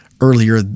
earlier